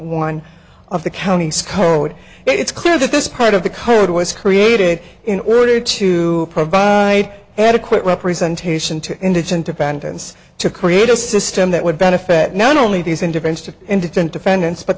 one of the county's code it's clear that this part of the code was created in order to provide adequate representation to indigent defendants to create a system that would benefit not only these indifference to indigent defendants but